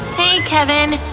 hey, kevin!